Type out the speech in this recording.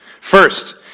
First